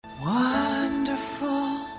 Wonderful